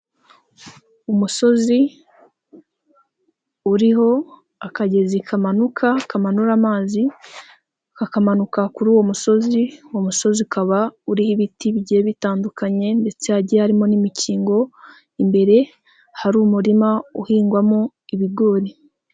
Umusozi, uriho akagezi kamanuka kamanura amazi, kakamanuka kuri uwo musozi, uwo umusozi ukaba uriho ibiti bigiye bitandukanye ndetse hagiye harimo n'imikingo, imbere hari umurima uhingwamo ibigori.